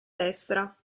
destra